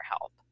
help